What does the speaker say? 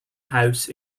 house